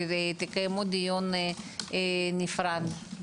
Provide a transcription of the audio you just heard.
שתקיימו דיון נפרד,